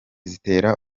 zitera